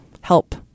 help